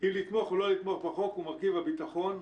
או לא לתמוך בחוק, הוא מרכיב הביטחון.